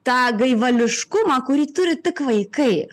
tą gaivališkumą kurį turi tik vaikai